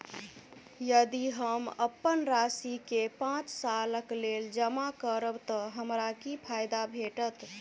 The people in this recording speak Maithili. यदि हम अप्पन राशि केँ पांच सालक लेल जमा करब तऽ हमरा की फायदा भेटत?